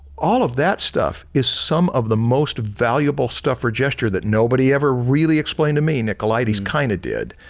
all of that stuff is some of the most valuable stuff for gesture that nobody ever really explained to me. nicolaides kind of did,